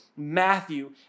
Matthew